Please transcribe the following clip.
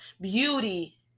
beauty